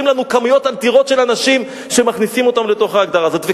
לנו כמויות אדירות של אנשים ומכניסות אותם לתוך ההגדרה הזאת.